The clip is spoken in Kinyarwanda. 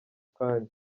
kanya